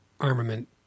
armament